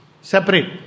Separate